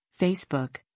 Facebook